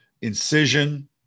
incision